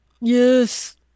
Yes